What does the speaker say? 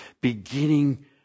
beginning